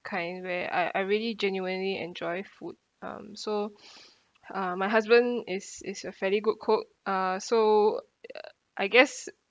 kind where I I really genuinely enjoy food um so uh my husband is is a fairly good cook uh so uh I guess